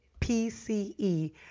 PCE